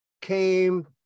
came